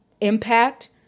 impact